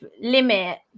limit